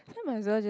so might as well just